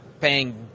paying